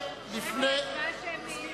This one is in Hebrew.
אפשר לשאול שאלה?